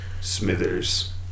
smithers